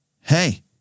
hey